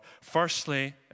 Firstly